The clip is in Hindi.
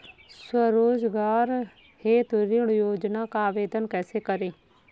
स्वरोजगार हेतु ऋण योजना का आवेदन कैसे करें?